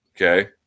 Okay